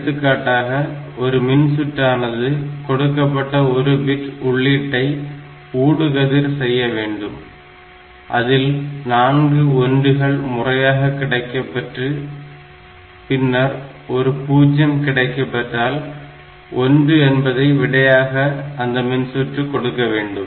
எடுத்துக்காட்டாக ஒரு மின்சுற்றானது கொடுக்கப்பட்ட ஒரு பிட் உள்ளிட்டை ஊடுகதிர் செய்ய வேண்டும் அதில் நான்கு 1 கள் முறையாக கிடைக்கப்பெற்று பின்னர் ஒரு 0 கிடைக்கப்பெற்றால் 1 என்பதை விடையாக அந்த மின்சுற்று கொடுக்க வேண்டும்